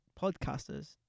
podcasters